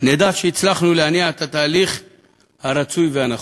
נדע שהצלחנו להניע את התהליך הרצוי והנכון.